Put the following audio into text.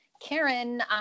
Karen